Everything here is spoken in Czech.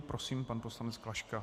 Prosím, pan poslanec Klaška.